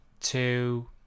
two